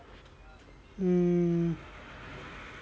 mm